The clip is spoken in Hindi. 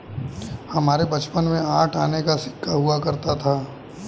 हमारे बचपन में आठ आने का सिक्का हुआ करता था